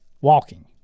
walking